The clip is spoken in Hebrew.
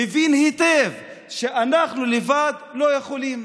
מבין היטב שאנחנו לבד לא יכולים.